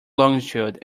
longitude